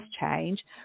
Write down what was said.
change